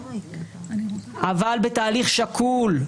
אך בתהליך שקול,